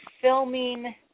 filming